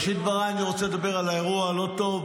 בראשית דבריי אני רוצה לדבר על האירוע הלא-טוב